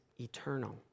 eternal